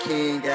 King